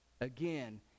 again